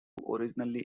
originally